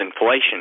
inflation